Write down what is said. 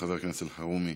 חבר הכנסת אלחרומי.